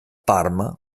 parma